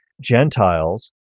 Gentiles